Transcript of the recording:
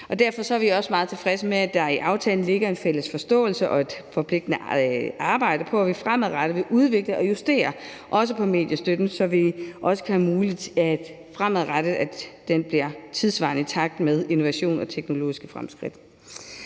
Derfor er vi også meget tilfredse med, at der i aftalen ligger en fælles forståelse og et forpligtende arbejde på, at vi fremadrettet vil udvikle og justere også på mediestøtten, så vi også gør det muligt, at den fremadrettet bliver tidssvarende i takt med innovation og teknologiske fremskridt.